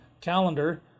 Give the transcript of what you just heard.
Calendar